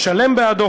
משלם בעדו,